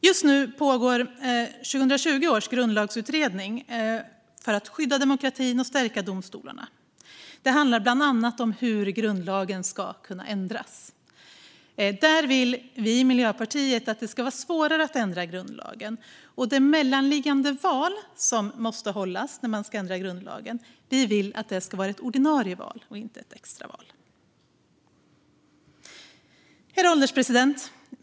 Just nu pågår 2020 års grundlagsutredning för att skydda demokratin och stärka domstolarna. Det handlar bland annat om hur grundlagen ska kunna ändras. Miljöpartiet vill att det ska vara svårare att ändra en grundlag. Vi vill att det mellanliggande val som måste hållas när man ska ändra en grundlag ska vara ett ordinarie val, inte ett extraval. Herr ålderspresident!